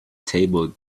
table